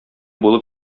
булып